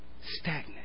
Stagnant